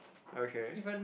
okay